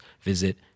visit